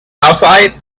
outside